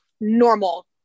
normal